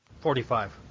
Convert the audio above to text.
Forty-five